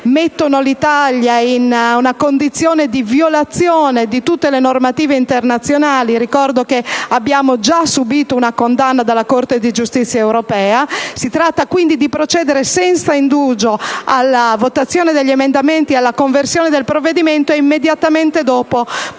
mettono l'Italia in una condizione di violazione di tutte le normative internazionali (ricordo che abbiamo già subito una condanna da parte della Corte di giustizia europea). Si tratta, quindi, di procedere senza indugio alla votazione degli emendamenti e alla conversione del decreto-legge, e immediatamente dopo provvederemo